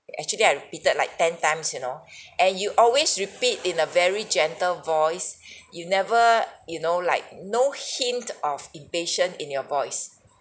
actually I repeated like ten times you know and you always repeat in a very gentle voice you never you know like no hint of impatient in your voice